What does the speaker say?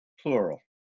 plural